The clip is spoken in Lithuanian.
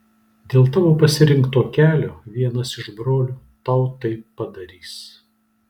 dėl tavo pasirinkto kelio vienas iš brolių tau taip padarys